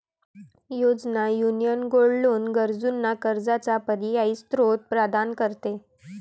योजना, union gold loan गरजूंना कर्जाचा पर्यायी स्त्रोत प्रदान करते